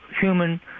human